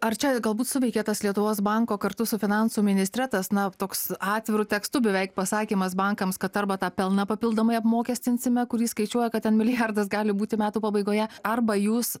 ar čia galbūt suveikė tas lietuvos banko kartu su finansų ministre tas na toks atviru tekstu beveik pasakymas bankams kad arba tą pelną papildomai apmokestinsime kurį skaičiuoja kad ten milijardas gali būti metų pabaigoje arba jūs